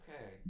Okay